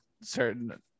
certain